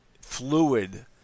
fluid –